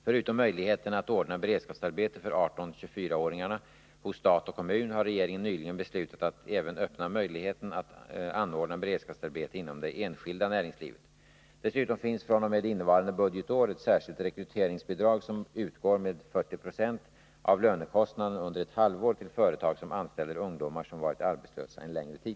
Förutom möjligheterna att ordna beredskapsarbete för 18-24-åringarna hos stat och kommun har regeringen nyligen beslutat att även öppna möjligheten att anordna beredskapsarbete inom det enskilda näringslivet. Dessutom finns fr.o.m. innevarande budgetår ett särskilt rekryteringsbidrag, som utgår med 4096 av lönekostnaden under ett halvår till företag som anställer ungdomar som varit arbetslösa en längre tid.